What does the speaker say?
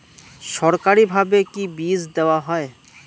সরকারিভাবে কি বীজ দেওয়া হয়?